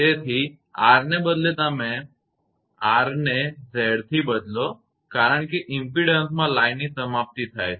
તેથી R ને બદલે તમે R ને Z થી બદલો કારણ કે ઇમપેડન્સમાં લાઇનની સમાપ્તિ થાય છે